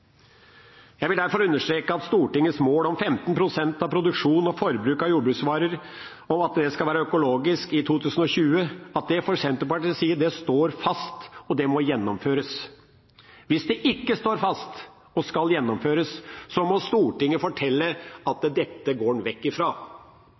Jeg vil derfor understreke at Stortingets mål om at 15 pst. av produksjon og forbruk av jordbruksvarer skal være økologisk i 2020, fra Senterpartiets side står fast, og det må gjennomføres. Hvis det ikke står fast og skal gjennomføres, må Stortinget fortelle at